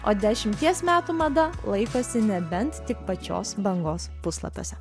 o dešimties metų mada laikosi nebent tik pačios bangos puslapiuose